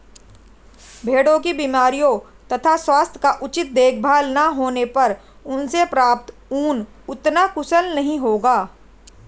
भेड़ों की बीमारियों तथा स्वास्थ्य का उचित देखभाल न होने पर उनसे प्राप्त ऊन उतना कुशल नहीं होगा